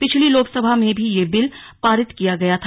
पिछली लोकसभा में भी ये बिल पारित किया गया था